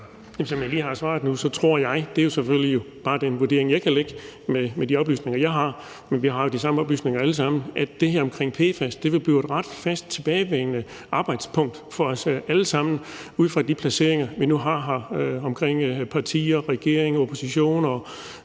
Som jeg lige har svaret nu, tror jeg – det er jo selvfølgelig bare den vurdering, jeg kan komme med ud fra de oplysninger, jeg har, men vi har jo de samme oplysninger alle sammen – at det her omkring PFAS vil blive et ret fast tilbagevendende punkt på dagsordenen for os alle sammen ud fra de placeringer, vi nu har her omkring partier, regering, opposition,